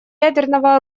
ядерного